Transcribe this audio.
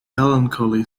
melancholy